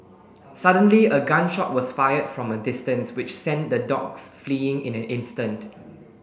suddenly a gun shot was fired from a distance which sent the dogs fleeing in an instant